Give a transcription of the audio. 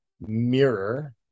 mirror